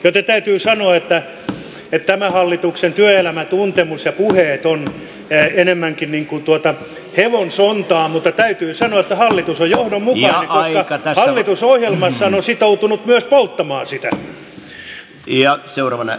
joten täytyy sanoa että tämän hallituksen työelämätuntemus ja puheet ovat enemmänkin niin kuin tuota hevon sontaa mutta täytyy sanoa että hallitus on johdonmukainen koska hallitus ohjelmassaan on sitoutunut myös polttamaan sitä